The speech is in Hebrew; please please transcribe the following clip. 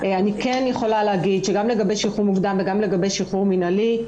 אני כן יכולה להגיד שגם לגבי שחרור מוקדם וגם לגבי שחרור מינהלי,